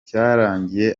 cyarangiye